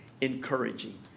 encouraging